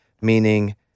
meaning